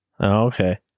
okay